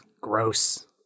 Gross